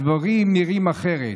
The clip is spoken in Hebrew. הדברים נראים אחרת.